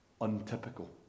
untypical